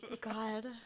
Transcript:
God